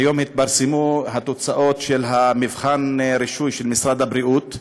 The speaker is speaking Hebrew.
היום התפרסמו התוצאות של מבחן הרישוי של משרד הבריאות,